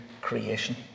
creation